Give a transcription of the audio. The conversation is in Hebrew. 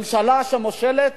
ממשלה שמושלת